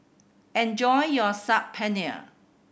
enjoy your Saag Paneer